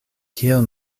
kiel